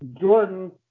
Jordan